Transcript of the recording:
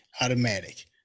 automatic